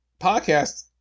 podcast